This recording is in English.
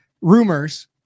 rumors